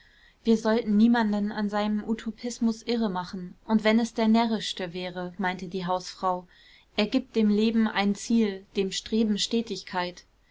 wir sollten niemanden an seinem utopismus irre machen und wenn es der närrischste wäre meinte die hausfrau er gibt dem leben ein ziel dem streben stetigkeit